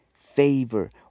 favor